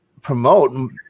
promote